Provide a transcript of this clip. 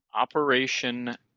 Operation